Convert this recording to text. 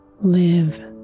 Live